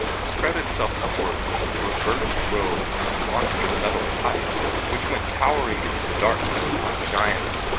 and spread itself upward over a burnished row of monster metal pipes, which went towering into the darkness like giants.